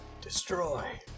Destroy